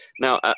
now